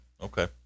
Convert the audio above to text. Okay